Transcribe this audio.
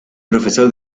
profesor